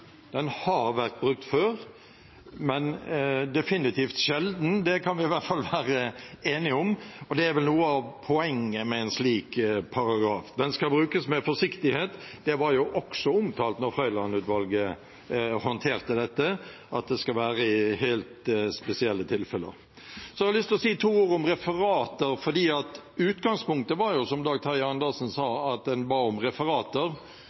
Den har vært brukt før, men definitivt sjelden, det kan vi i hvert fall være enige om, og det er vel noe av poenget med en slik paragraf – den skal brukes med forsiktighet. Det var også omtalt da Frøiland-utvalget håndterte dette, at det skal være i helt spesielle tilfeller. Jeg har lyst til å si to ord om referater. Utgangspunktet var jo, som representanten Dag Terje Andersen sa, at en ba om referater,